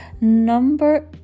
Number